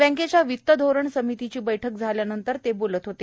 बँकेच्या वित्तधोरण समितीची बैठक झाल्यानंतर ते बोलत होते